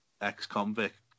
ex-convict